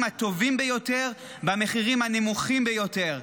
הטובים ביותר במחירים הנמוכים ביותר,